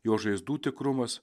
jo žaizdų tikrumas